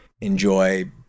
enjoy